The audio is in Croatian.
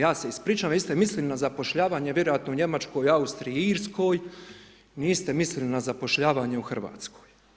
Ja se ispričavam, vi ste mislili na zapošljavanje vjerojatno u Njemačkoj, Austriji i Irskoj, niste mislili na zapošljavanje u RH.